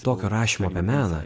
tokio rašymo apie meną